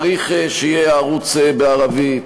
צריך שיהיה ערוץ בערבית,